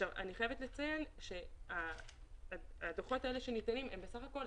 אני חייבת לציין שהדוחות האלה שניתנים הם בסך הכול